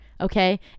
Okay